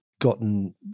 gotten